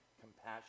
compassion